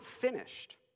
finished